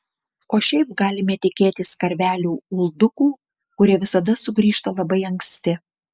o šiaip galime tikėtis karvelių uldukų kurie visada sugrįžta labai anksti